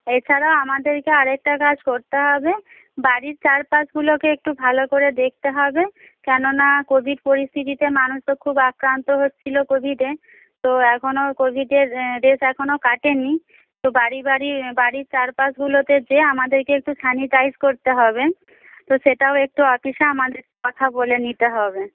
এছাড়াও আমাদেরকে আরেকটা কাজ করতে হবে বাড়ির চারপাশগুলোকে একটু ভালো করে দেখতে হবে কেননা কোভিড পরিস্থিতিতে মানুষ তো খুব আক্রান্ত হচ্ছিল কোভিডে তো এখনও কোভিডের রেশ এখনও কাটেনি তো বাড়ি বাড়ি বাড়ির চারপাশগুলোতে গিয়ে আমাদেরকে একটু স্যানিটাইজ করতে হবে তো সেটাও একটু অফিসে আমাদের কথা বলে নিতে হবে